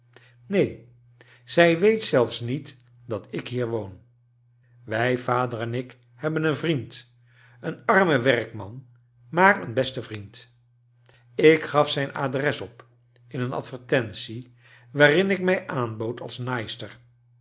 neen zij weet zelfs niet dat ik hier woon wij vader en ik hebben een vriend een arme werkman maar een beste vriend ik gaf zijn adres op in een advertentie waarin ik mij aanbood als naaister